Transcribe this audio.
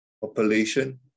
population